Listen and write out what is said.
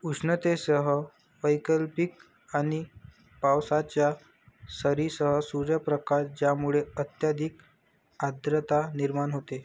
उष्णतेसह वैकल्पिक आणि पावसाच्या सरींसह सूर्यप्रकाश ज्यामुळे अत्यधिक आर्द्रता निर्माण होते